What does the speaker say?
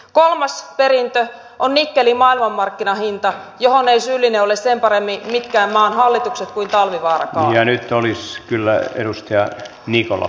kolmas perintö on nikkelin maailmanmarkkinahinta johon eivät syyllisiä ole sen paremmin mitkään maan hallitukset kuin talvivaarakaan